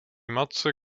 matce